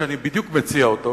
שאני בדיוק מציע אותו,